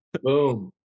Boom